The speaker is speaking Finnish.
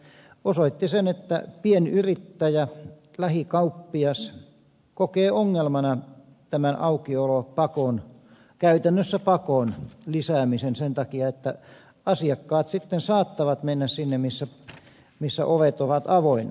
no se oli tietysti vain tuommoinen kärjistys mutta osoitti sen että pienyrittäjä lähikauppias kokee ongelmana tämän aukiolopakon käytännössä pakon lisäämisen sen takia että asiakkaat sitten saattavat mennä sinne missä ovet ovat avoinna